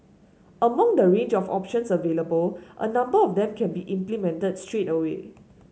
among the range of options available a number of them can be implemented straight away